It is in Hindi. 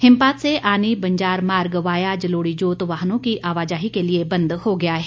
हिमपात से आनी बंजार मार्ग वाया जलोड़ीजोत वाहनों की आवाजाही के लिए बंद हो गया है